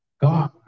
God